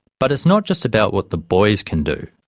but it's not just about what the boys can do,